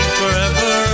forever